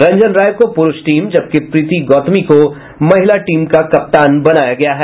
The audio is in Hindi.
रंजन राय को पुरूष टीम जबकि प्रीति गौतमी को महिला टीम का कप्तान बनाया गया है